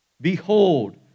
Behold